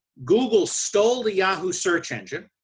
google stole the yahoo search engine.